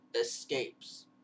escapes